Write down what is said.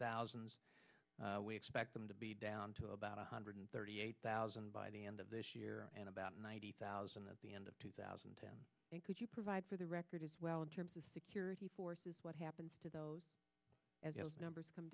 thousand we expect them to be down to about one hundred thirty eight thousand by the end of this year and about ninety thousand at the end of two thousand and ten and could you provide for the record as well in terms of security forces what happens to those as numbers come